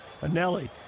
Anelli